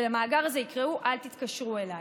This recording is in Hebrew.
ולמאגר הזה יקראו "אל תתקשרו אליי".